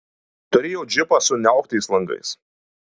turėjo džipą su niauktais langais